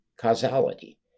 causality